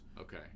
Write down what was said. Okay